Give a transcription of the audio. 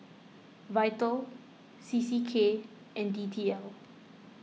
V I T A L C C K and D T L